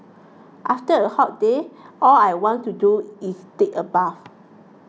after a hot day all I want to do is take a bath